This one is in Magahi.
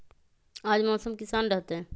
आज मौसम किसान रहतै?